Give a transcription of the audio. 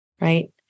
right